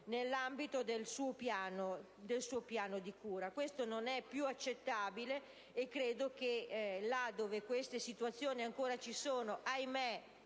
nell'ambito del suo piano di cura. Questo non è più accettabile, e laddove queste situazioni ancora esistono - ahimè,